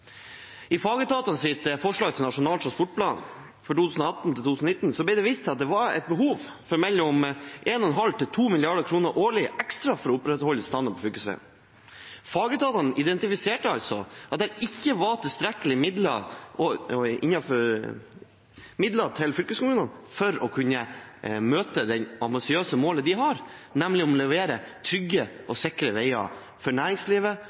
I fagetatenes forslag til Nasjonal transportplan for 2018–2029 ble det vist til at det var et behov for mellom 1,5 mrd. kr og 2 mrd. kr ekstra årlig for å opprettholde standarden på fylkesveiene. Fagetatene identifiserte altså at det ikke var tilstrekkelig med midler til fylkeskommunene for å kunne møte det ambisiøse målet de har, nemlig å levere trygge og sikre veier for næringslivet